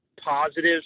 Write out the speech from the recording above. positives